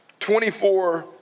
24